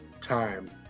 time